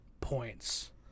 Points